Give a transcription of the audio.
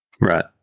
Right